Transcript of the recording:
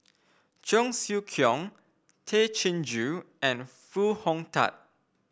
Cheong Siew Keong Tay Chin Joo and Foo Hong Tatt